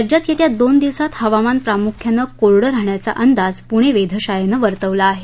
राज्यात येत्या दोन दिवसात हवामान प्रामुख्यानं कोरडं राहण्याचा अंदाज पुणे वेधशाळेने वर्तवला आहे